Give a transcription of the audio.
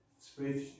spread